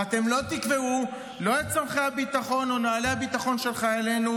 ואתם לא תקבעו לא את צורכי הביטחון ולא נוהלי הביטחון של חיילינו,